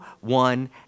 one